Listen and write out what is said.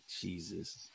Jesus